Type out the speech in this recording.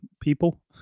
people